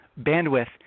bandwidth